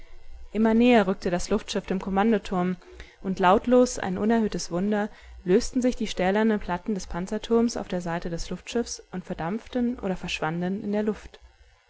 immer näher rückte das luftschiff dem kommandoturm und lautlos ein unerhörtes wunder lösten sich die stählernen platten des panzerturms auf der seite des luftschiffs und verdampften oder verschwanden in der luft